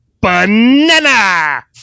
banana